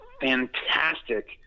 fantastic